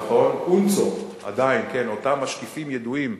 נכון, UNSTO, עדיין, אותם משקיפים ידועים,